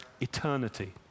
eternity